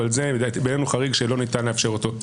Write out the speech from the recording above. אבל זה בעינינו חריג שלא ניתן לאפשר אותו,